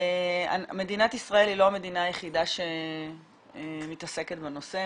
מדינת ישראל היא לא המדינה היחידה שמתעסקת בנושא,